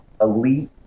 Elite